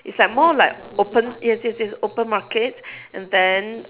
is like more like open yes yes yes open market and then